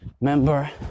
member